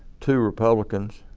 two republicans